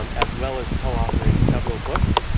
um as well as co-authoring several books,